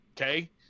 okay